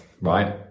right